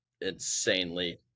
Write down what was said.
insanely